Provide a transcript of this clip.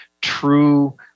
true